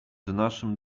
naszym